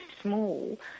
small